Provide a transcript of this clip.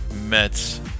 Mets